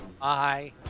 Bye